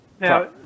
Now